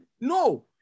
No